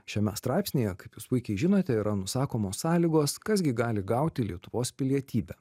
šiame straipsnyje kaip jūs puikiai žinote yra nusakomos sąlygos kas gi gali gauti lietuvos pilietybę